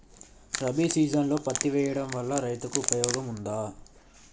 రబీ సీజన్లో పత్తి వేయడం వల్ల రైతులకు ఉపయోగం ఉంటదా?